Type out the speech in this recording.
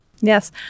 Yes